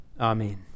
Amen